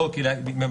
לא, לא.